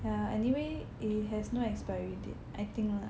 ya anyway it has no expiry date I think lah